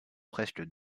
presque